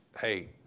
hey